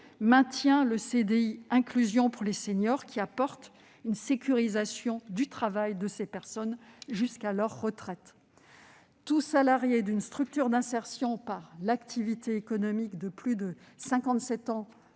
maintient le « CDI inclusion » destiné aux seniors, lequel apporte une sécurisation du travail de ces personnes jusqu'à leur retraite. Tout salarié d'une structure d'insertion par l'activité économique âgé de plus de 57 ans